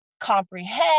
comprehend